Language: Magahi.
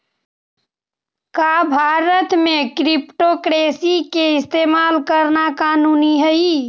का भारत में क्रिप्टोकरेंसी के इस्तेमाल करना कानूनी हई?